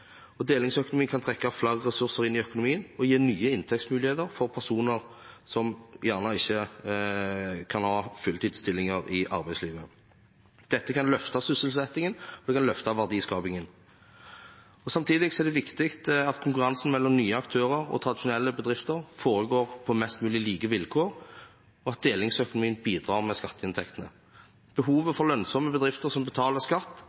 Delingsøkonomi kan trekke flere ressurser inn i økonomien og gi nye inntektsmuligheter for personer som ikke kan ha fulltidsstillinger i arbeidslivet. Dette kan løfte sysselsettingen, og det kan løfte verdiskapingen. Samtidig er det viktig at konkurransen mellom nye aktører og tradisjonelle bedrifter foregår på mest mulig like vilkår, og at delingsøkonomien bidrar med skatteinntekter. Behovet for lønnsomme bedrifter som betaler skatt,